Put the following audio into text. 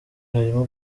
harimo